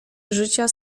życia